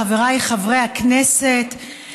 חבריי חברי הכנסת,